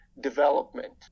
development